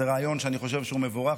זה רעיון שאני חושב שהוא מבורך,